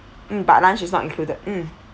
mm but lunch is not included mm